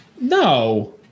no